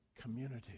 community